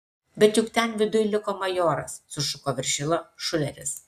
bet juk ten viduj liko majoras sušuko viršila šuleris